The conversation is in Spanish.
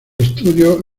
estudio